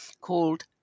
called